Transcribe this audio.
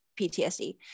PTSD